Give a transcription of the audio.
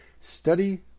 study